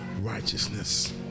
righteousness